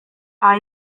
are